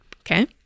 okay